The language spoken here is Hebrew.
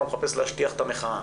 הוא מנסה להשכיח את המחאה,